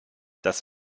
das